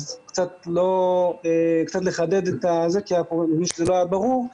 קצת נחדד כי אני מבין שזה לא היה ברור.